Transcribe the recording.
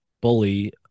bully